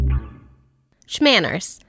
Schmanners